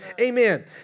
Amen